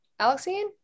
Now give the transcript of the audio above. Alexine